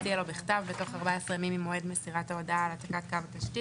יציע לו בכתב בתוך 14 ימים ממועד מסירת ההועדה על העתקת קו התשתית,